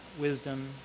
wisdom